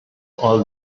all